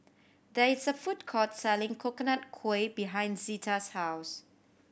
there is a food court selling Coconut Kuih behind Zita's house